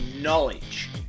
knowledge